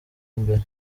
imbere